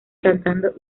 cantando